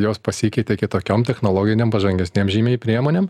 jos pasikeitė kitokiom technologinėm pažangesnėm žymiai priemonėm